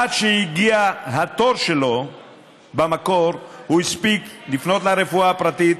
עד שהגיע התור שלו במקור הוא הספיק לפנות לרפואה הפרטית,